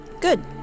good